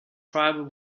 tribal